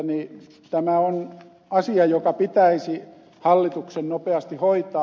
mielestäni tämä on asia joka pitäisi hallituksen nopeasti hoitaa